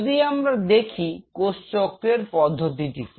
যদি আমরা দেখি কোষচক্রের পদ্ধতিকে